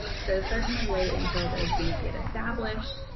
so certainly wait until those bees get established,